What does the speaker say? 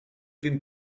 been